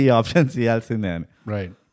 Right